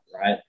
right